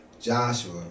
Joshua